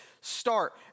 start